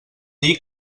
dir